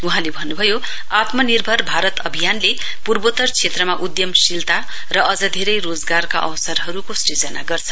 वहाँले भन्नुभयो आत्मनिर्भर भारत अभियानले पूर्वोत्तर क्षेत्रमा उद्दमशीलता र अझ धेरै रोजगारका अवसरहरुको सृजना गर्छ